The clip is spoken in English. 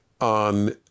on